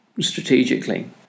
strategically